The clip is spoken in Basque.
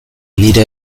nire